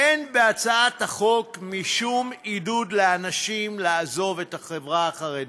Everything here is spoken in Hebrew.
כי אין בהצעת החוק משום עידוד לאנשים לעזוב את החברה החרדית,